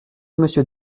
monsieur